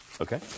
Okay